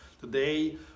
Today